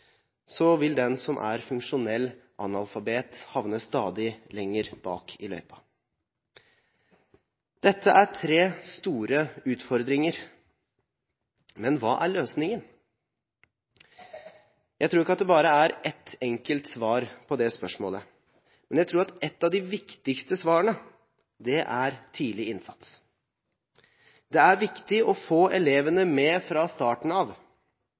vil den som er funksjonell analfabet, havne stadig lenger bak i løypa. Dette er tre store utfordringer. Men hva er løsningen? Jeg tror ikke at det er bare ett enkelt svar på det spørsmålet. Men jeg tror at et av de viktigste svarene er tidlig innsats. Det er viktig å få elevene med fra starten av.